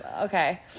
okay